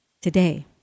today